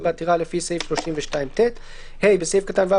בעתירה לפי סעיף 32ט."; (ה)בסעיף קטן (ו),